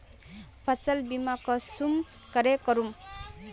फसल बीमा कुंसम करे करूम?